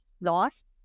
lost